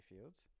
Fields